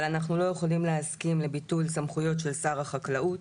אבל אנחנו לא יכולים להסכים לביטול סמכויות של שר החקלאות.